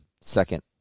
second